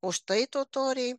už tai totoriai